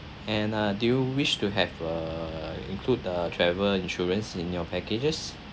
and uh do you wish to have err include the travel insurance in your packages